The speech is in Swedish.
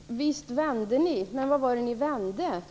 Herr talman! Visst vände ni. Men vad var det ni vände?